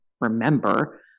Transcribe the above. remember